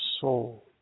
soul